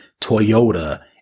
Toyota